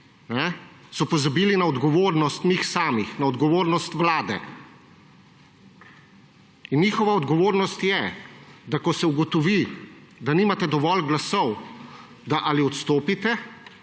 so pozabili na odgovornost njih samih, na odgovornost Vlade. Njihova odgovornost je, da ko se ugotovi, da nimate dovolj glasov, ali odstopite